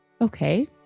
Okay